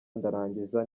ndarangiza